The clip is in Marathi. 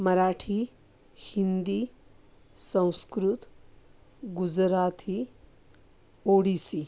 मराठी हिंदी संस्कृत गुजराती ओडिसी